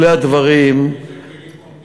איזה כלים עומדים לרשותם?